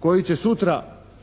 koji će